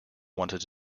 wanted